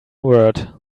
word